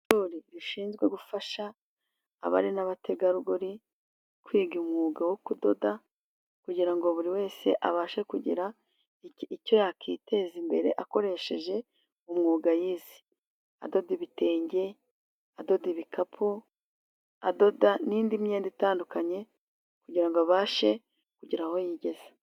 Rishinzwe gufasha abari n'abategarugori kwiga umwuga wo kudoda kugira ngo buri wese abashe kugira icyo yakiteza imbere akoresheje umwuga yize adode ibitenge ,adode ibikapu ,adoda n'indi myenda itandukanye kugira ngo abashe kugera aho yigeze.